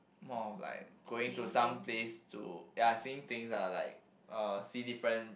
more of like going to some place to ya seeing things lah like uh see different